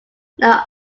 now